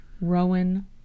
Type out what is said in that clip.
Rowan